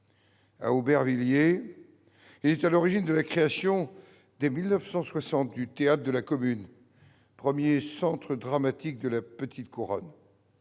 À Aubervilliers, il est à l'origine de la création, dès 1960, du théâtre de la Commune, premier centre dramatique de la petite couronne.